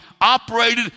operated